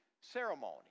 ceremony